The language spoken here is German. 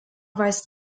weist